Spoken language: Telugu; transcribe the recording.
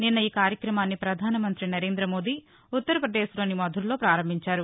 నిన్న ఈ కార్యక్రమాన్ని ప్రధానమంతి సరేందమోదీ ఉత్తర్పదేశ్లోని మధురలో పారంభించారు